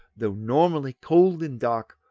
though normally cold and dark,